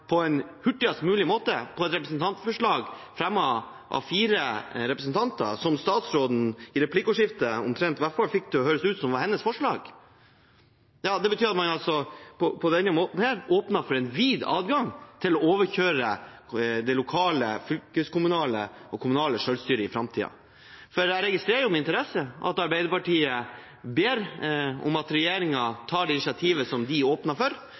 på hurtigst mulig måte – på bakgrunn av et representantforslag fremmet av fire representanter som statsråden, i hvert fall i replikkordskiftet, fikk til å høres ut som var hennes forslag – åpner for en vid adgang til å overkjøre det lokale, fylkeskommunale og kommunale selvstyret i framtiden. For jeg registrerer med interesse at Arbeiderpartiet ber om at regjeringen tar det initiativet som de åpnet for,